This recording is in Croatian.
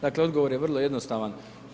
Dakle, odgovor je vrlo jednostavan.